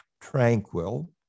tranquil